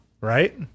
Right